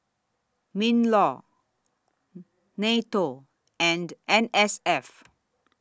MINLAW NATO and N S F